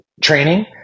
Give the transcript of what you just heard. training